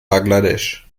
bangladesch